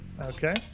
Okay